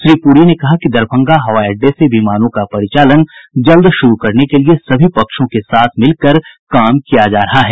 श्री प्री ने कहा कि दरभंगा हवाई अड्डे से विमानों का परिचालन जल्द शुरू करने के लिये सभी पक्षों के साथ मिलकर काम किया जा रहा है